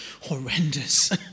horrendous